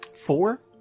four